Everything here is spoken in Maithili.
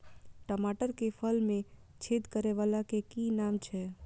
टमाटर के फल में छेद करै वाला के कि नाम छै?